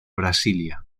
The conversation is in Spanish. brasilia